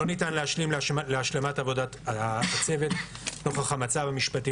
לא ניתן להמתין להשלמת עבודת הצוות נוכח המצב המשפטי